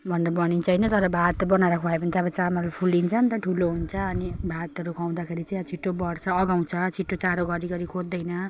भनेर भनिन्छ होइन तर भात बनाएर खुवायो भने चाहिँ अब चामल फुलिन्छ नि त ठुलो हुन्छ अनि भातहरू खुवाउँदाखेरि चाहिँ अब छिट्टो बढ्छ अघाउँछ छिटो चारो घरी घरी खोज्दैन